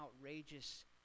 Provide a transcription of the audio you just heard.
outrageous